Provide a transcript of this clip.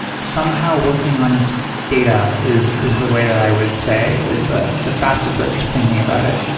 somehow working on data is is the way that i would say is the the fast approach to thinking about it.